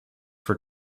for